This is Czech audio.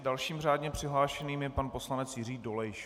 Dalším řádně přihlášeným je pan poslanec Jiří Dolejš.